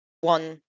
one